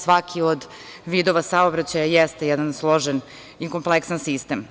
Svaki od vidova saobraćaja jeste jedan složen i kompleksan sistem.